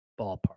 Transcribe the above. ballpark